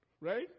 Right